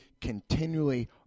continually